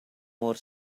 more